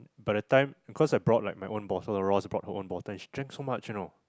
by the time cause I brought like my bottle and Ross brought her own bottle and she drank so much you know